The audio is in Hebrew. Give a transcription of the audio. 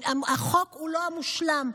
החוק הוא לא מושלם,